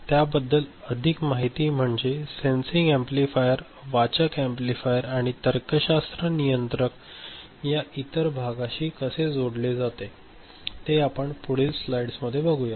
त्याबद्दल अधिक माहिती म्हणजे सेन्सरिंग एम्पलीफायर वाचक एम्पलीफायर आणि तर्कशास्त्र नियंत्रक या इतर भागाशी कसे जोडले जाते ते आपण पुढील स्लाइड्समध्ये बघूया